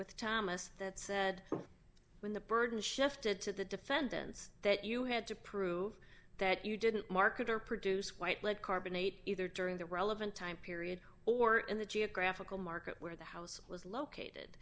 with thomas that said when the burden shifted to the defendant that you had to prove that you didn't market or produce quite like carbonate either during the relevant time period or in the geographical market where the house was located